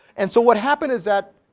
and so what happened is that